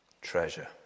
treasure